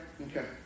Okay